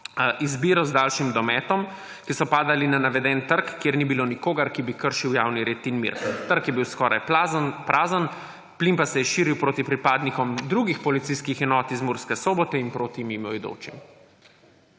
izbiro − z daljšim dometom −, ki so padali na navedeni trg, kjer ni bilo nikogar, ki bi kršil javni red in mir. Trg je bil skoraj prazen, plin pa se je širil proti pripadnikom drugih policijskih enot iz Murske Sobote in proti mimoidočim.